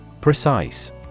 Precise